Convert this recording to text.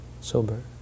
sober